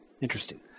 interesting